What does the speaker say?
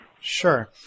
Sure